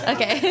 Okay